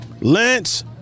Lance